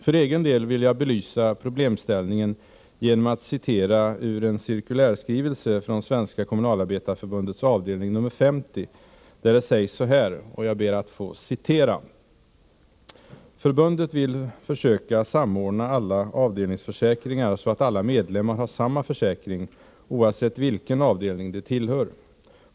För egen del vill jag belysa problemställningen genom att citera ur en cirkulärskrivelse från Svenska kommunalarbetareförbundets avdelning nr 50, där det sägs så här: ”Förbundet vill försöka samordna alla avdelningsförsäkringar så att alla medlemmar har samma försäkring, oavsett vilken avdelning de tillhör.